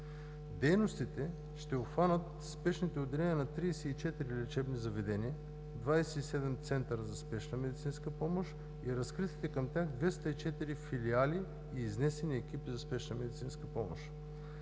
Дейностите ще обхванат спешните отделения на 34 лечебни заведения, 27 центъра за спешна медицинска помощ и разкритите към тях 204 филиала и изнесени екипи за спешна медицинска помощ.